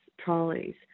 trolleys